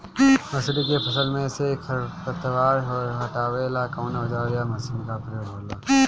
मसुरी के फसल मे से खरपतवार हटावेला कवन औजार या मशीन का प्रयोंग होला?